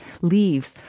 leaves